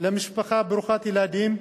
למשפחה ברוכת ילדים,